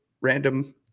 random